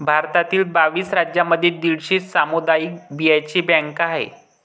भारतातील बावीस राज्यांमध्ये दीडशे सामुदायिक बियांचे बँका आहेत